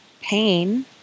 pain